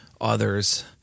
others